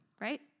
right